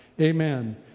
Amen